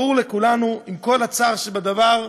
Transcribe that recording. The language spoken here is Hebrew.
ברור לכולנו, עם כל הצער שבדבר,